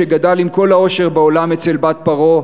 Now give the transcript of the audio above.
שגדל עם כל העושר בעולם אצל בת פרעה,